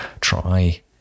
try